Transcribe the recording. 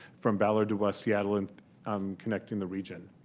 from ballard to west seattle and um connecting the region.